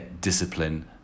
discipline